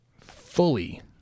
Fully